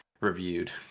reviewed